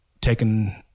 taken